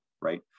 right